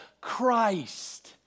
Christ